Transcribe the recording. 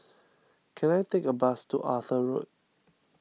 can I take a bus to Arthur Road